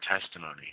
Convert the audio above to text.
testimony